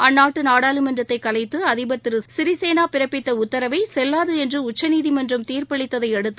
அந்நாட்டுநாடாளுமன்றத்தைகலைத்துஅதிபர் திருசிறிசேனாபிறப்பித்தஉத்தரவைசெல்லாதுஎன்றுஉச்சநீதிமன்றம் தீர்ப்பளித்ததையடுத்து